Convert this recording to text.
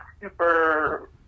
super